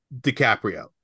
DiCaprio